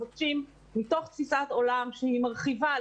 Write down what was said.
מתוך תפיסת עולם שהיא מרחיבה,